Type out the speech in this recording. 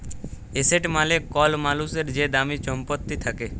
asset মালে কল মালুসের যে দামি ছম্পত্তি থ্যাকে